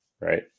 right